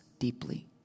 Deeply